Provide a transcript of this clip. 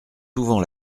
souvent